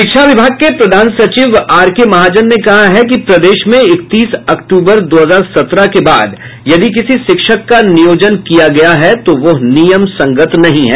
शिक्षा विभाग के प्रधान सचिव आर के महाजन ने कहा है कि प्रदेश में इकतीस अक्टूबर दो हजार सत्रह के बाद यदि किसी शिक्षक का नियोजन किया गया है तो वह नियम संगत नहीं है